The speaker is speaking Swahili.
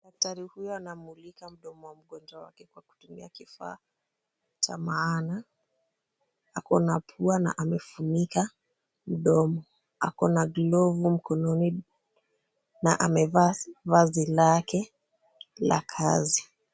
Daktari huyu anamulika mdomo wa mgonjwa wake kwa kutumia kifaa cha maana. Akona pua na amefunika mdomo. Akona glovu mkononi na amevaa vazi lake la kazi.